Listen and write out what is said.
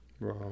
wow